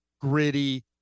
gritty